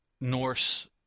Norse